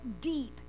deep